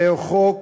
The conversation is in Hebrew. זהו חוק